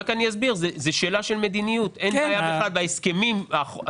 החברה המרכזית היא עמידר, ויש הסכם עם עמידר.